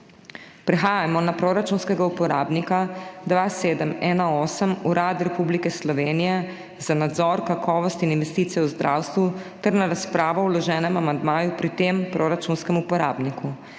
Prehajamo na proračunskega uporabnika 2718 Urad Republike Slovenije za nadzor kakovosti in investicije v zdravstvu ter na razpravo o vloženem amandmaju pri tem proračunskem uporabniku.